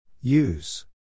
Use